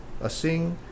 Asing